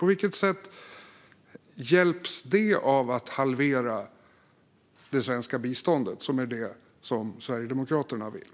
På vilket sätt hjälps detta av att halvera det svenska biståndet, vilket är vad Sverigedemokraterna vill?